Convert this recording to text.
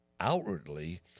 outwardly